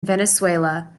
venezuela